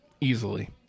Easily